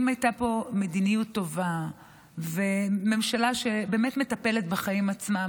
אם הייתה פה מדיניות טובה וממשלה שבאמת מטפלת בחיים עצמם,